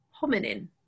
hominin